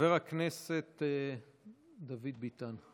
חבר הכנסת דוד ביטן.